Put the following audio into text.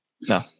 no